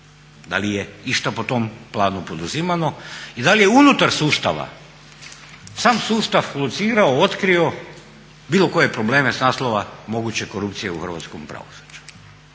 da li je išta po tom planu poduzimano i da li je unutar sustava sam sustav locirao, otkrio bilo koje probleme s naslova moguće korupcije u hrvatskom pravosuđu,